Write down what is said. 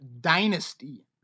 dynasty